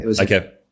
Okay